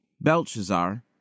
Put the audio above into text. Belshazzar